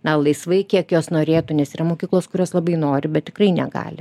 na laisvai kiek jos norėtų nes yra mokyklos kurios labai nori bet tikrai negali